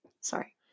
Sorry